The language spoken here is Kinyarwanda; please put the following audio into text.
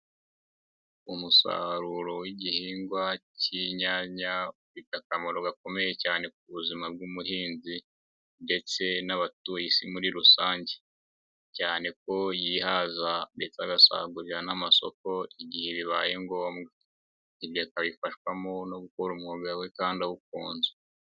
Umusaruro w'igihingwa k'inyanya ufite akamaro gakomeye cyane ku buzima bw'ubuhinzi ndetse n'abatuye isi muri rusange, cyane ko yihaza ndetse agasagurira n'amasoko igihe bibaye ngombwa, ibyo akabifashwamo no gukora umwuga we kandi awukunze.